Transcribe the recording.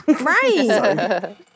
right